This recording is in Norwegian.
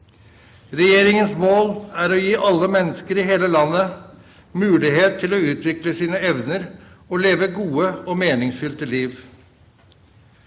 Regjeringens mål er å gi alle mennesker i hele landet mulighet til å utvikle sine evner og leve gode og meningsfylte liv.